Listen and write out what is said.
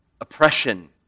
oppression